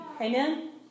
Amen